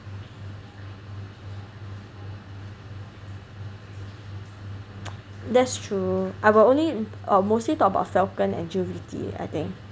that's true I will only or mostly talk about Falcon and G_O_V_T I think